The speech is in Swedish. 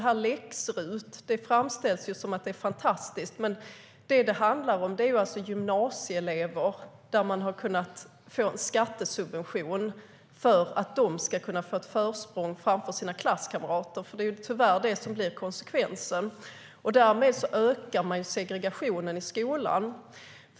Läx-RUT framställs som att det är fantastiskt, men det handlar om en skattesubvention för att gymnasieelever ska kunna få ett försprång framför sina klasskamrater. Det är tyvärr det som blir konsekvensen. Därmed ökar man segregationen i skolan.